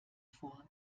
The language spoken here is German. vor